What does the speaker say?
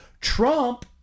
Trump